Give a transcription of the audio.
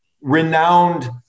renowned